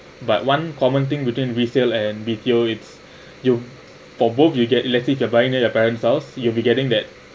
but one common thing between resale and retail it's you for both you get it if buying near your parents house you'll be getting that